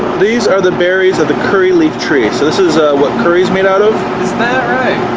these are the berries of the curry leaf tree so this is what curry is made out of is that right?